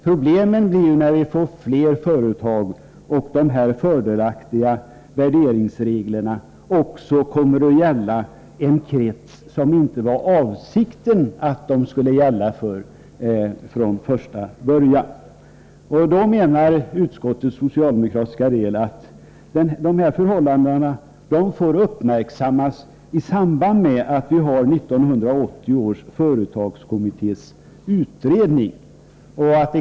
Problemen blir ju när vi får fler företag och de här fördelaktiga värderingsreglerna också kommer att gälla en krets som de inte var avsedda att gälla för från första början. Utskottets socialdemokratiska del menar att förhållandena får uppmärksammas av 1980 års företagsskattekommitté.